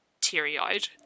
teary-eyed